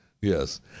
Yes